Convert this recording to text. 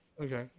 Okay